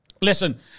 Listen